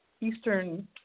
Eastern